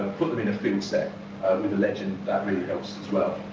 put them in a fieldset with a legend. that really helps as well.